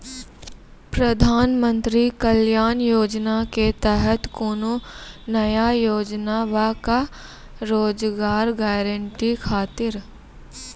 प्रधानमंत्री कल्याण योजना के तहत कोनो नया योजना बा का रोजगार गारंटी खातिर?